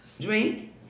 Drink